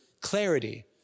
clarity